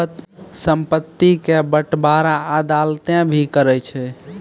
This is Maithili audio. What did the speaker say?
संपत्ति के बंटबारा अदालतें भी करै छै